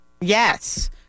Yes